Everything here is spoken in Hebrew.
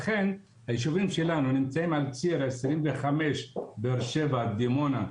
לכן היישובים שלנו נמצאים על ציר 25 באר שבע דימונה,